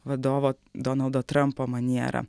vadovo donaldo trampo manierą